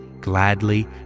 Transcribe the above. gladly